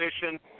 position